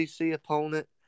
opponent